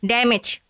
Damage